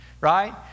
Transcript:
right